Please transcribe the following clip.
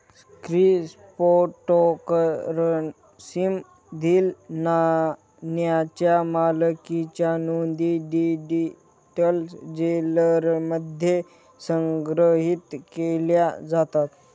क्रिप्टोकरन्सीमधील नाण्यांच्या मालकीच्या नोंदी डिजिटल लेजरमध्ये संग्रहित केल्या जातात